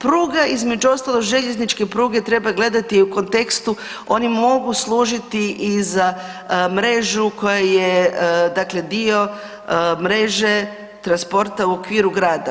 Pruga između ostalog, željezničke pruge treba gledati u kontekstu, oni mogu služiti i za mrežu koja je dakle dio mreže transporta u okviru grada.